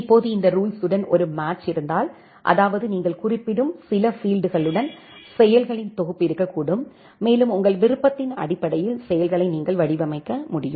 இப்போது இந்த ரூல்ஸுடன் ஒரு மேட்ச் இருந்தால் அதாவது நீங்கள் குறிப்பிடும் சில பீல்ட்களுடன் செயல்களின் தொகுப்பு இருக்கக்கூடும் மேலும் உங்கள் விருப்பத்தின் அடிப்படையில் செயல்களை நீங்கள் வடிவமைக்க முடியும்